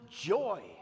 joy